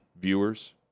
viewers